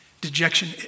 dejection